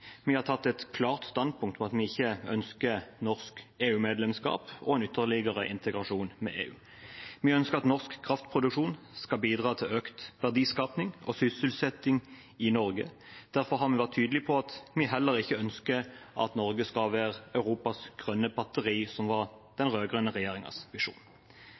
Vi har tatt et klart standpunkt om at vi ikke ønsker norsk EU-medlemskap og en ytterligere integrasjon med EU. Vi ønsker at norsk kraftproduksjon skal bidra til økt verdiskaping og sysselsetting i Norge. Derfor har vi vært tydelige på at vi heller ikke ønsker at Norge skal være «Europas grønne batteri», som var den rød-grønne regjeringens visjon.